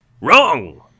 Wrong